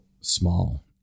small